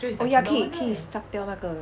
oh ya 可以可以 suck 掉那个